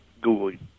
Google